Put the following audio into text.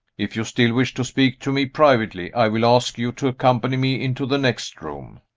if you still wish to speak to me privately, i will ask you to accompany me into the next room.